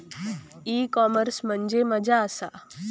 E commerce म्हणजे मझ्या आसा?